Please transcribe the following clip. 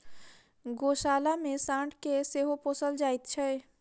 गोशाला मे साँढ़ के सेहो पोसल जाइत छै